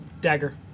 Dagger